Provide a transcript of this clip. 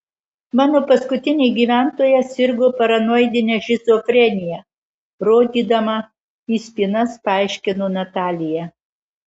mano paskutinė gyventoja sirgo paranoidine šizofrenija rodydama į spynas paaiškino natalija